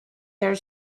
their